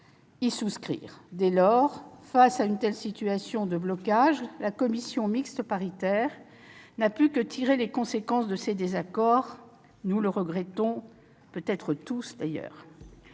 y souscrire. Dès lors, face à une telle situation de blocage, la commission mixte paritaire n'a pu que tirer les conséquences de ces désaccords, nous le regrettons ... peut-être tous d'ailleurs